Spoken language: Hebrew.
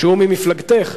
שהוא ממפלגתך,